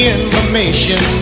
information